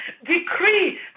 decree